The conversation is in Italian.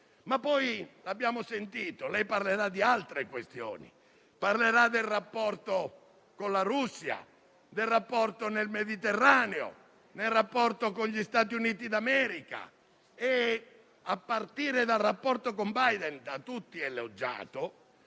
saputo avere in Europa. Lei parlerà di altre questioni: dei rapporti con la Russia, dei rapporti nel Mediterraneo, dei rapporti con gli Stati Uniti d'America, a partire dal rapporto con Biden, da tutti elogiato.